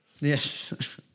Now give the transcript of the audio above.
Yes